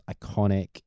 iconic